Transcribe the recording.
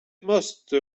måste